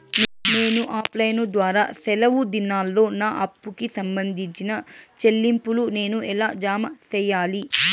నేను offline ద్వారా సెలవు దినాల్లో నా అప్పుకి సంబంధించిన చెల్లింపులు నేను ఎలా జామ సెయ్యాలి?